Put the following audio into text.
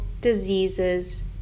diseases